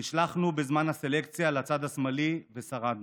נשלחנו בזמן הסלקציה לצד השמאלי ושרדנו.